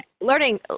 Learning